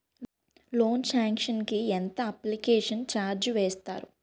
Loan sanction కి ఎంత application charge వేస్తారు?